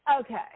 Okay